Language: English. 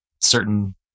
certain